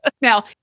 Now